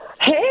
Hey